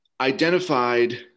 identified